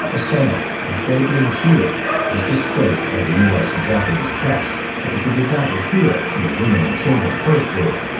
hosono instead of being cheered was disgraced by u s. and japanese press, because he did not adhere to the women and children first rule.